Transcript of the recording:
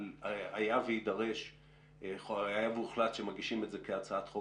היה והוחלט שמגישים את זה כהצעת חוק,